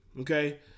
okay